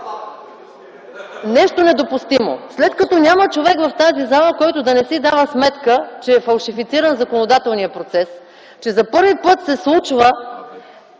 реплики от ГЕРБ.) След като няма човек в тази зала, който да не си дава сметка, че е фалшифициран законодателния процес, че за първи път се случва